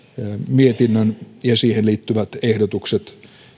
mietinnön ja siihen liittyvät ehdotukset